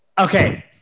okay